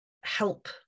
help